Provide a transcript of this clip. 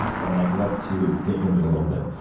and i'd love to dig into it a little bit.